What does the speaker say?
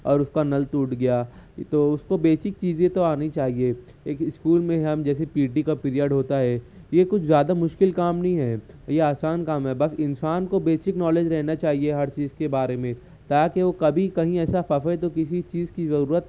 اور اس کا نل ٹوٹ گیا تو اس کو بیسک چیزیں تو آنی چاہیے ایک اسکول میں ہم جیسے پی ٹی کا پیریڈ ہوتا ہے یہ کچھ زیادہ مشکل کام نہیں ہے یہ آسان کام ہے بس انسان کو بیسک نالج رہنا چاہیے ہر چیز کے بارے میں تاکہ وہ کبھی کہیں ایسا پھنسے تو کسی چیز کی ضرورت